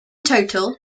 total